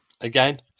again